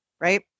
right